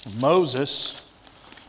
Moses